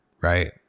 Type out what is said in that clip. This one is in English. right